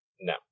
No